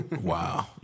Wow